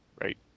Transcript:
Right